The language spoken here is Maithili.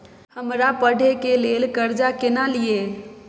हमरा पढ़े के लेल कर्जा केना लिए?